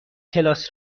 کلاس